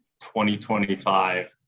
2025